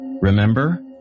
Remember